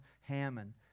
Hammond